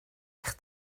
eich